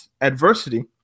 adversity